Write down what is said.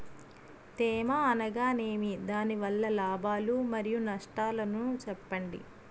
తేమ అనగానేమి? దాని వల్ల లాభాలు మరియు నష్టాలను చెప్పండి?